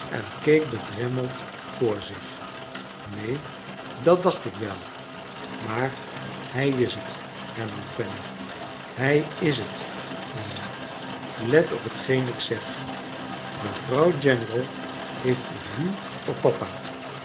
en keek bedremmeld voor zich neen dat dacht ik wel maar hij is t hernam fanny hij is amy let op hetgeen ik zeg mevrouw general heeft vues op papa